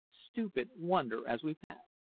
stupid wonder as we passed.